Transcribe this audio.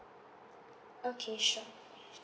okay sure